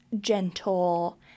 gentle